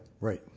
right